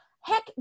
heck